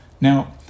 Now